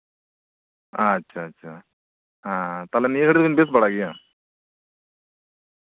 ᱟᱪᱪᱷᱟ ᱟᱪᱪᱷᱟ ᱟᱪᱪᱷᱟ ᱦᱮᱸᱻ ᱛᱟᱞᱦᱮ ᱱᱤᱭᱟᱹ ᱜᱷᱟᱹᱲᱤ ᱫᱚᱵᱤᱱ ᱵᱮᱥ ᱵᱟᱲᱟ ᱜᱮᱭᱟ